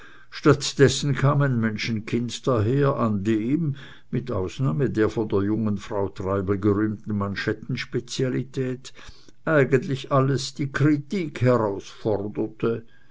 statt dessen kam ein menschenkind daher an dem mit ausnahme der von der jungen frau treibel gerühmten manschettenspezialität eigentlich alles die kritik herausforderte